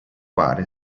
pare